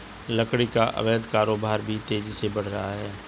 लकड़ी का अवैध कारोबार भी तेजी से बढ़ रहा है